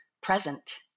present